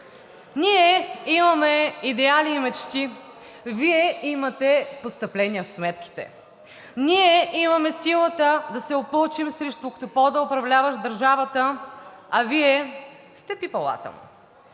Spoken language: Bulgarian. ние имаме идеали и мечти, Вие имате постъпления в сметките; ние имаме силата да се опълчим срещу октопода, управляващ държавата, а Вие сте пипалата;